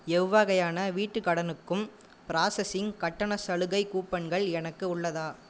எவ்வகையான வீட்டுக் கடனுக்கும் ப்ராசஸிங் கட்டண சலுகைக் கூப்பன்கள் எனக்கு உள்ளதா